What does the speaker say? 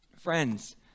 Friends